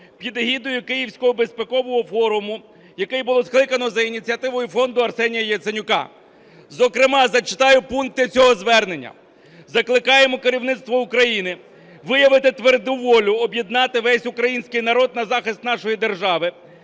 під егідою Київського безпекового форуму, який було скликано за ініціативи Фонду Арсенія Яценюка. Зокрема, зачитаю пункти цього звернення. "Закликаємо керівництво України виявити тверду волю й об'єднати весь український народ на захист нашої держави,